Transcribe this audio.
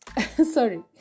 sorry